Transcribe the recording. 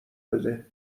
بده